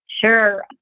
Sure